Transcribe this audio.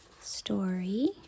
story